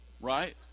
Right